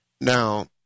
Now